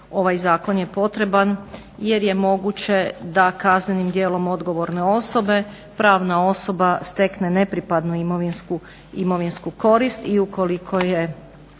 ovaj zakon je potreban jer je moguće da kaznenim djelom odgovorne osobe pravna osoba stekne nepripadnu imovinsku korist i ukoliko je